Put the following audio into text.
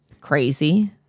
crazy